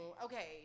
Okay